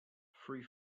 three